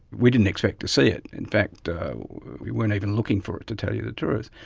we didn't expect to see it. in fact we weren't even looking for it, to tell you the truth.